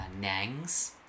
Nang's